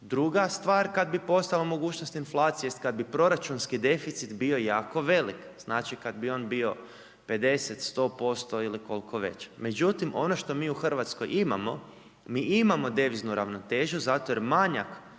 Druga stvar, kad bi postojala mogućnost inflacije tj. kad bi proračunski deficit bio jako velik, znači kad bi on bio 50, 100% ili koliko već. Međutim, ono što mi u Hrvatskoj imamo, mi imamo deviznu ravnotežu zato jer manjak